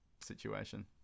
situation